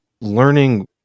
learning